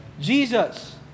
Jesus